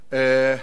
לעשות מעשה מייד,